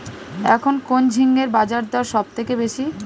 এখন কোন ঝিঙ্গের বাজারদর সবথেকে বেশি?